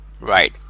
Right